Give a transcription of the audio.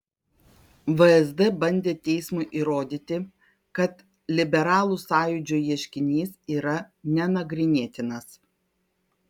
vsd bandė teismui įrodyti kad liberalų sąjūdžio ieškinys yra nenagrinėtinas